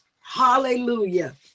hallelujah